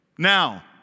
Now